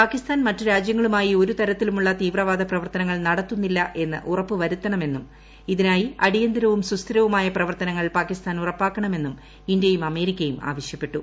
പാകിസ്ഥാൻ മറ്റ് രാജ്യങ്ങളുമായി ഒരു തരത്തിലുമുള്ള തീവ്രവാദ പ്രവർത്തനങ്ങൾ നടത്തുന്നില്ല എന്ന് ഉറപ്പുവരുത്തണമെന്നും ഇതിനായി അടിയന്തരവും സുസ്ഥിരവുമായ പ്രവർത്തനങ്ങൾ പാകിസ്ഥാൻ ഉറപ്പാക്കണമെന്നും ഇന്ത്യയും അമേരിക്കയും ്യൂആവശ്യപ്പെട്ടു